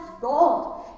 God